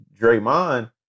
Draymond